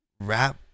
rap